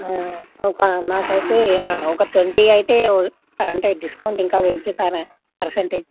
ఒకా నాకైతే ఒక ట్వంటీ ఐతే ఓకె అంటే డిస్కౌంట్ ఇంకా పెంచుతారా పర్సంటేజ్